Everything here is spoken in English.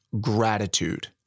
gratitude